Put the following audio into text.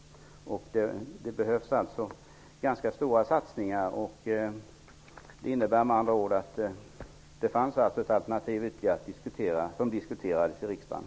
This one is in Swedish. Det behövs ganska stora satsningar. Det fanns med andra ord ett ytterligare ett alternativ att diskutera här i riksdagen.